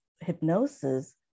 hypnosis